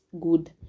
good